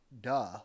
duh